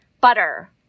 butter